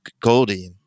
Goldie